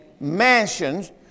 Mansions